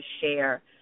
share